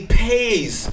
pays